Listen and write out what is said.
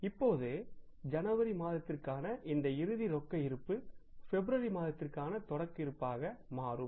இப்போது ஜனவரி மாதத்திற்கான இந்த இறுதி ரொக்க இருப்பு பிப்ரவரி மாதத்திற்கான தொடக்க ரொக்க இருப்பாக மாறும்